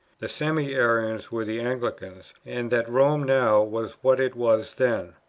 the semi-arians were the anglicans, and that rome now was what it was then.